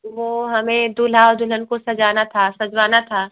वो हमें दूल्हा और दुल्हन को सजाना था सजवाना था